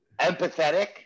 empathetic